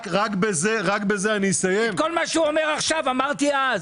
כל מה הוא אומר עכשיו, אמרתי אז.